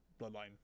bloodline